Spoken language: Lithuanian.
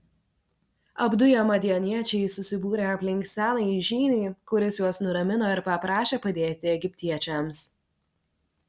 apduję madianiečiai susibūrė aplink senąjį žynį kuris juos nuramino ir paprašė padėti egiptiečiams